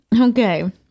Okay